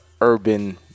Urban